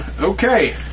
Okay